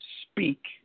speak